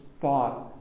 thought